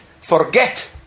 forget